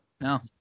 No